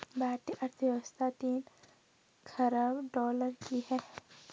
भारतीय अर्थव्यवस्था तीन ख़रब डॉलर की है